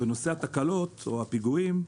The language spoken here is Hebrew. בנושא התקלות או הפיגועים,